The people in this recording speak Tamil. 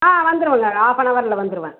ஆ வந்துருவேங்க ஆஃப் அன் அவரில் வந்துடுவேன்